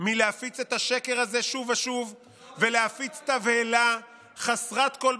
מלהפיץ את השקר הזה שוב ושוב ולהפיץ תבהלה חסרת כל בסיס,